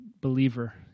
Believer